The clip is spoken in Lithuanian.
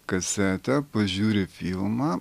kasetę pažiūri filmą